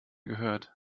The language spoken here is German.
gehört